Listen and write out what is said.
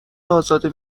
ازاده